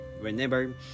whenever